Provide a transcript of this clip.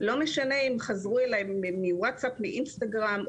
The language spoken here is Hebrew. לא משנה אם חזרו אלי מווצאפ או מאינסטגרם,